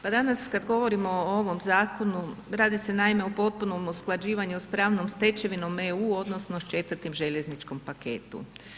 Pa danas kada govorimo o ovom zakonu, radi se naime o potpunom usklađivanju sa pravnom stečevinom EU odnosno 4. željezničkim paketom.